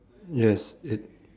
yes it